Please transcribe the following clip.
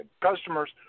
customers